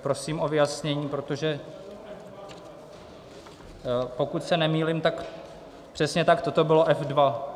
Prosím o vyjasnění, protože pokud se nemýlím, tak přesně toto bylo F2.